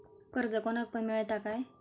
कर्ज कोणाक पण मेलता काय?